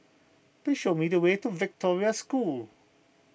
please show me the way to Victoria School